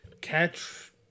Catch